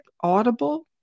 Audible